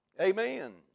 Amen